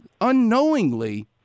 unknowingly